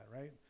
right